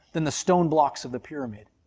than the stone blocks of the pyramid.